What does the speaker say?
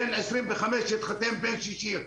בן עשרים וחמש יתחתן בין שישים,